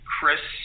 Chris